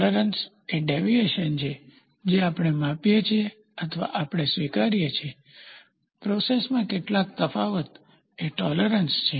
tolerance એ deviation છે જે આપણે આપીએ છીએ અથવા આપણે સ્વીકારીએ છીએ પ્રોસેસમાં કેટલાક તફાવત એ ટોલેરન્સ છે